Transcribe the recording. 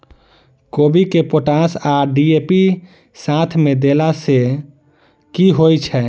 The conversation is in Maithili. कोबी मे पोटाश आ डी.ए.पी साथ मे देला सऽ की होइ छै?